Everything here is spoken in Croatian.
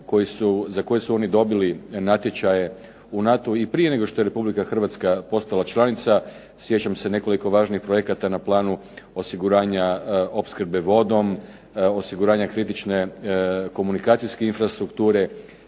za koje su oni dobili natječaje u NATO-u, i prije nego što je Republika Hrvatska postala članica sjećam se nekoliko važnih projekata na planu osiguranja opskrbe vodom, osiguranja kritične komunikacijske infrastrukture,